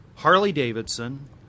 Harley-Davidson